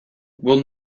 will